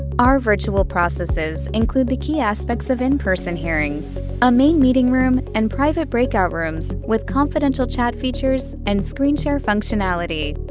our virtual processes include the key aspects of in-person hearings a main meeting room and private breakout rooms with confidential chat features and screen share functionality.